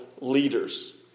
leaders